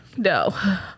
No